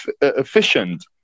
efficient